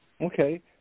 Okay